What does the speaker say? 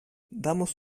damos